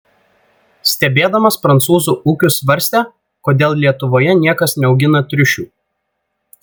stebėdamas prancūzų ūkius svarstė kodėl lietuvoje niekas neaugina triušių